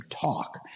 talk